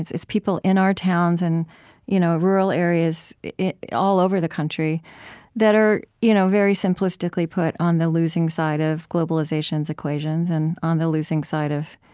it's it's people in our towns and you know rural areas all over the country that are, you know very simplistically put, on the losing side of globalization's equations and on the losing side of